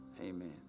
Amen